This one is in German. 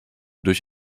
durch